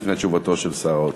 לפני תשובתו של שר האוצר.